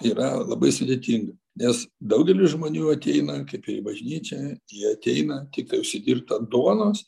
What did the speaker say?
yra labai sudėtinga nes daugelis žmonių ateina kaip ir į bažnyčią jie ateina tiktai užsidirbt ant duonos